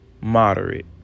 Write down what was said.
moderate